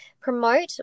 promote